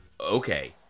Okay